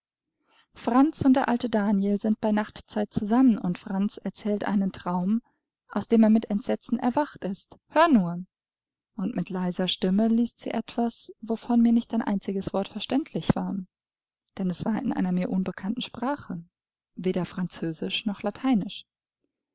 franz und der alte daniel sind bei nachtzeit zusammen und franz erzählt einen traum aus dem er mit entsetzen erwacht ist hör nur und mit leiser stimme liest sie etwas wovon mir nicht ein einziges wort verständlich war denn es war in einer mir unbekannten sprache weder französisch noch lateinisch